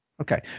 Okay